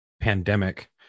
pandemic